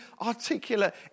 articulate